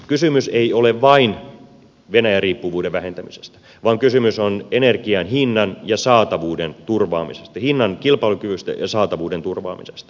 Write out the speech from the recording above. kysymys ei ole vain venäjä riippuvuuden vähentämisestä vaan kysymys on energian hinnan kilpailukyvystä ja saatavuuden turvaamisesta